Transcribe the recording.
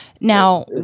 now